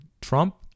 Trump